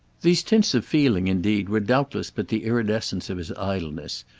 these tints of feeling indeed were doubtless but the iridescence of his idleness,